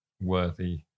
worthy